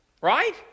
Right